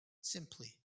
simply